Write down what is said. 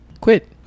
quit